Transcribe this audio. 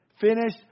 Finish